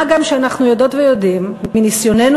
מה גם שאנחנו יודעות ויודעים מניסיוננו